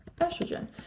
estrogen